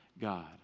God